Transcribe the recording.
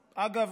אגב,